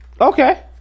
Okay